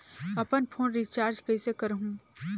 अपन phone recharge कइसे करहु?